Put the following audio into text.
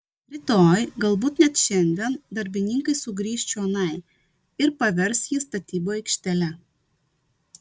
rytoj galbūt net šiandien darbininkai sugrįš čionai ir pavers jį statybų aikštele